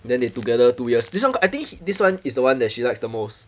then they together two years this one I think this one is the one that she likes the most